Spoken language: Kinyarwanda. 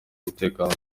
umutekano